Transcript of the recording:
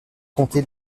comté